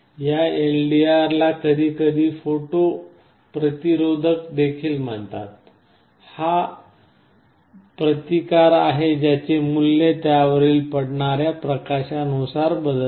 या LDR ला कधीकधी फोटो प्रतिरोधक देखील म्हणतात हा एक प्रतिकार आहे ज्याचे मूल्य त्यावरील पडणाऱ्या प्रकाशनुसार बदलते